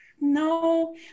no